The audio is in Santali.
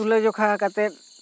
ᱛᱩᱞᱟ ᱡᱚᱠᱷᱟ ᱠᱟᱛᱮᱜ